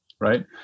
right